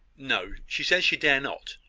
no. she says she dared not.